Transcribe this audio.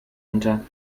unter